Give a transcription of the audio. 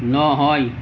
নহয়